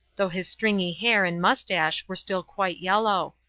though his stringy hair and moustache were still quite yellow.